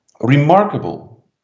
remarkable